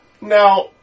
Now